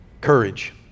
courage